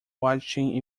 watching